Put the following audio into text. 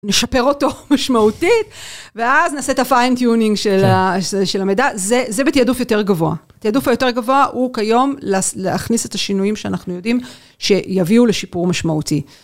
נשפר אותו משמעותית, ואז נעשה את ה-fine-tuning של המידע, זה בתעדוף יותר גבוה. התעדוף היותר גבוה הוא כיום להכניס את השינויים שאנחנו יודעים, שיביאו לשיפור משמעותי.